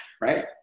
right